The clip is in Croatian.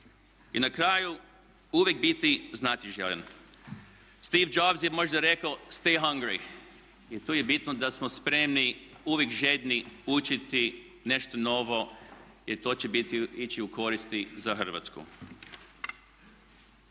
I na kraju uvijek biti znatiželjan. Steve Jobs je možda rekao: Stay hungry! Jer tu je bitno da smo spremni uvijek žedni učiti nešto novo jer to će ići u korist za Hrvatsku.